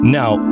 now